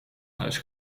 huis